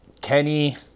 Kenny